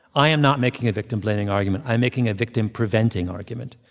i am not making a victim-blaming argument. i am making a victim-preventing argument,